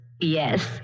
Yes